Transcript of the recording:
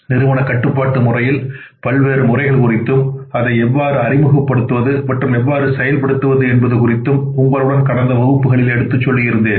நிறுவன கட்டுப்பாட்டு முறையில் பல்வேறு முறைகள் குறித்தும் அதை எவ்வாறு அறிமுகப்படுத்துவது மற்றும் எவ்வாறு செயல்படுத்துவது என்பது குறித்தும் உங்களுடன் கடந்த வகுப்புகளில் எடுத்து சொல்லியிருந்தேன்